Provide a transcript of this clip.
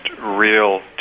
real